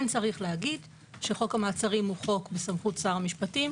צריך להגיד שחוק המעצרים הוא חוק בסמכות שר המשפטים.